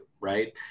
right